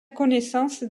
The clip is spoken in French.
connaissance